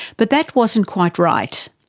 but that was and quite right.